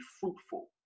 fruitful